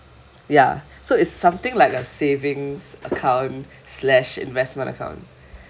ya so it's something like a savings account slash investment account